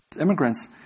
immigrants